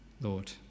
Lord